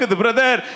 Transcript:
brother